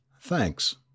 Thanks